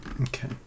Okay